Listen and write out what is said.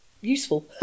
useful